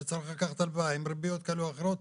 שהוא צריך לקחת הלוואה בריביות כאלה או אחרות,